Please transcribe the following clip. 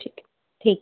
ठीक है ठीक है